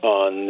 on